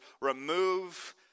remove